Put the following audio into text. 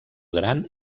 gran